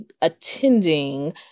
attending